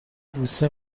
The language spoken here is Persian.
بوس